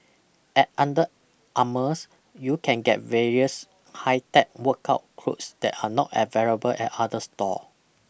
at Under Armour you can get various high tech workout clothes that are not available at other store